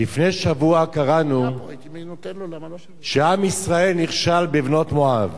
לפני שבוע קראנו שעם ישראל נכשל בבנות מואב.